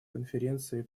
конференции